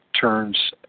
turns